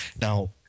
Now